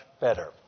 better